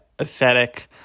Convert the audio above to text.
aesthetic